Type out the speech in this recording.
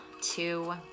two